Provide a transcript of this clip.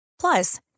Plus